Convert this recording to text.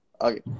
okay